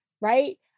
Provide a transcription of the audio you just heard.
Right